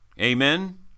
Amen